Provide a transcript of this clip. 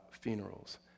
funerals